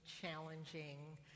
challenging